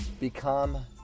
become